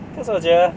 可是我觉得